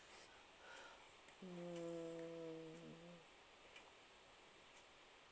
mm